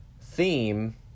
theme